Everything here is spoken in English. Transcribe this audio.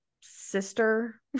sister